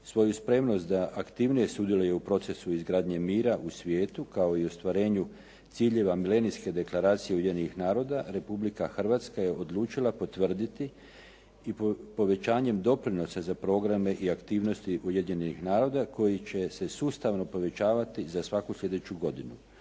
Svoju spremnost da aktivnije sudjeluje u procesu izgradnje mira u svijetu kao i ostvarenju ciljeva Milenijske deklaracije Ujedinjenih naroda Republika Hrvatska je odlučila potvrditi i povećanjem doprinosa za programe i aktivnosti Ujedinjenih naroda koji će se sustavno povećavati za svaku slijedeću godinu.